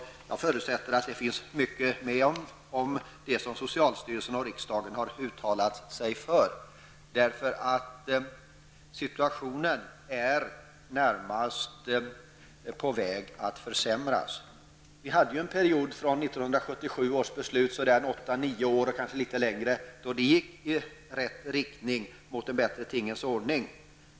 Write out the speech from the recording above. Jag förutsätter att det finns mycket med i den av vad socialstyrelsen och riksdagen har uttalat sig för. Situationen på det alkoholpolitiska området är nämligen närmast på väg att försämras. Under åtta nio år från 1977 års beslut hade vi en period då utvecklingen på detta område gick i rätt riktning, mot en bättre tingens ordning.